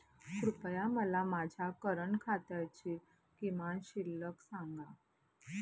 कृपया मला माझ्या करंट खात्याची किमान शिल्लक सांगा